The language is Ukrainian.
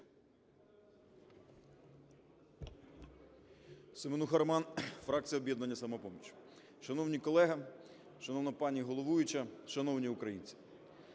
Семенуха Роман, фракція "Об'єднання "Самопоміч". Шановні колеги, шановна пані головуюча, шановні українці!